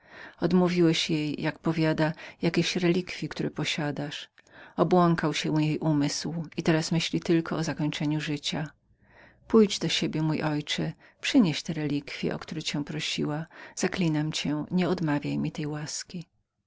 odmówiłeś jej jak powiada jakiejś relikwji które posiadasz obłąkał się jej umysł i teraz myśli tylko o zakończeniu życia pójdź do siebie mój ojcze przynieś te relikwie o które cię prosiła zaklinam cię nieodmawiaj jej tej łaski